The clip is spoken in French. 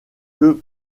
que